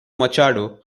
machado